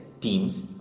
teams